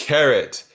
Carrot